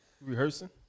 Rehearsing